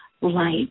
light